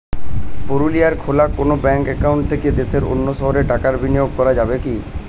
পুরুলিয়ায় খোলা কোনো ব্যাঙ্ক অ্যাকাউন্ট থেকে দেশের অন্য শহরে টাকার বিনিময় করা যাবে কি?